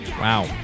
Wow